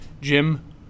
Jim